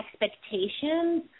expectations